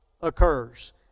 occurs